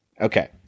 okay